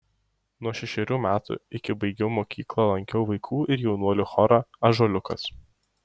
nuo šešerių metų iki baigiau mokyklą lankiau vaikų ir jaunuolių chorą ąžuoliukas